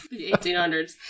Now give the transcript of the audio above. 1800s